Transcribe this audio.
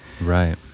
Right